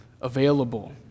available